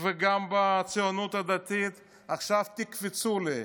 וגם בציונות הדתית: עכשיו תקפצו לי.